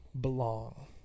belong